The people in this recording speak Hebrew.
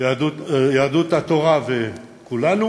יהדות התורה וכולנו